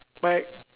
but I